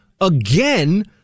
again